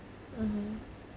mmhmm